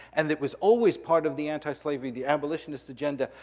and it was always part of the antislavery, the abolitionist agenda,